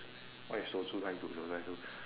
what is 守株待兔守株待兔